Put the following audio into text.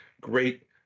great